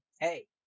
hey